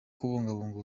kubungabunga